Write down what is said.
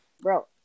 bro